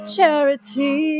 Charity